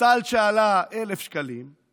עלה 1,000 שקלים,